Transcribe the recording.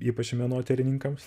ypač menotyrininkams